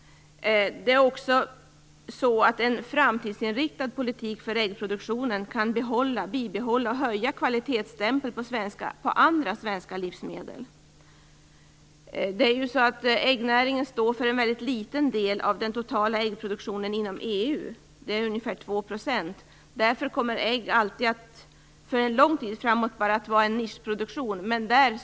En framtidsinriktad politik för äggproduktionen kan bibehålla och höja kvalitetsstämpeln på andra svenska livsmedel. Äggnäringen står för en väldigt liten del av den totala äggproduktionen inom EU. Det är ungefär 2 %. Därför kommer äggproduktionen bara att vara en nischproduktion för en lång tid framåt.